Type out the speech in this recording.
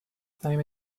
time